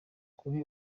kuri